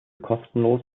kostenlos